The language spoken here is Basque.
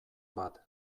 bat